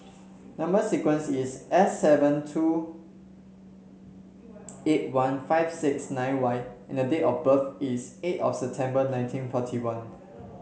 number sequence is S seven two eight one five six nine Y and date of birth is eight of September nineteen forty one